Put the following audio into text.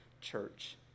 church